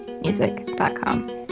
Music.com